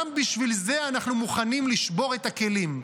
גם בשביל זה אנחנו מוכנים לשבור את הכלים.